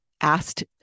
asked